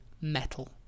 metal